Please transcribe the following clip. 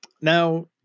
Now